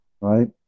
right